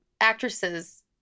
actresses